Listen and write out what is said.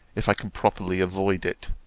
if i can properly avoid it.